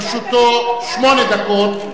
לרשותו שמונה דקות,